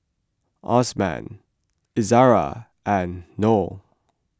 Osman Izara and Noh